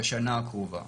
בשנה הקרובה.